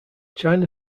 china